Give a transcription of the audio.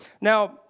Now